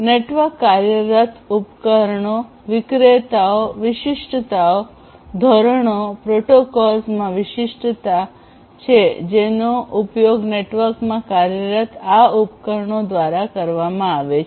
network કાર્યરત ઉપકરણો વિક્રેતાઓ વિશિષ્ટતાઓ ધોરણો પ્રોટોકોલ્સમાં વિશિષ્ટતા છે જેનો ઉપયોગ નેટવર્કમાં કાર્યરત આ ઉપકરણો દ્વારા કરવામાં આવે છે